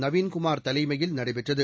நவீன் குமார் தலைமையில் நடைபெற்றது